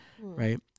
right